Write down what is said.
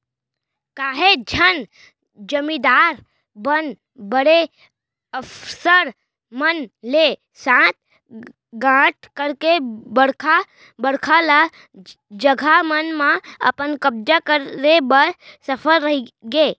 काहेच झन जमींदार मन बड़े अफसर मन ले सांठ गॉंठ करके बड़का बड़का ल जघा मन म अपन कब्जा करे बर सफल रहिगे